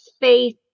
faith